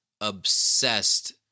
obsessed